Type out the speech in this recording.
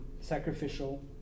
sacrificial